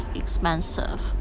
expensive